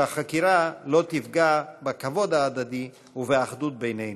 שהחקירה לא תפגע בכבוד ההדדי ובאחדות בינינו.